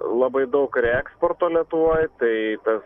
labai daug reeksporto lietuvoje tai tas